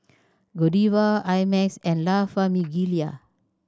Godiva I Max and La Famiglia